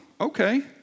okay